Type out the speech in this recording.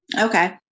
Okay